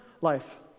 life